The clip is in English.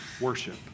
worship